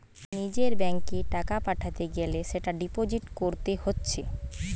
নিজের ব্যাংকে টাকা পাঠাতে গ্যালে সেটা ডিপোজিট কোরতে হচ্ছে